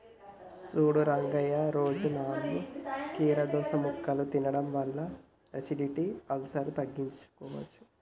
సూడు రంగయ్య రోజు నాలుగు కీరదోస ముక్కలు తినడం వల్ల ఎసిడిటి, అల్సర్ను తగ్గించుకోవచ్చు